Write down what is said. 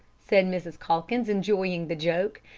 said mrs. calkins, enjoying the joke,